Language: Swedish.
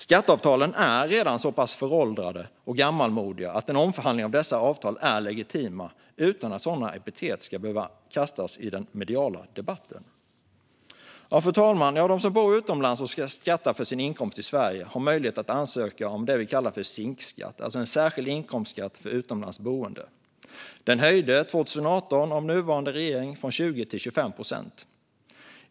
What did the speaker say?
Skatteavtalen är redan så pass föråldrade och gammalmodiga att en omförhandling av dessa avtal är legitim utan att sådana epitet ska behöva kastas i den mediala debatten. Fru talman! De som bor utomlands och ska skatta för sin inkomst i Sverige har möjlighet att ansöka om det vi kallar för SINK-skatt, en särskild inkomstskatt för utomlands boende. Den höjdes 2018 av nuvarande regering från 20 till 25 procent.